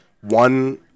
one